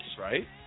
Right